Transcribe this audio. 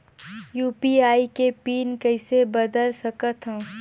UPI के pin कइसे बदल सकथव?